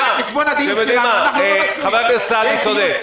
--- הכל נכון, ולי יש זכות לקבוע מתי מצביעים.